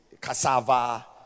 Cassava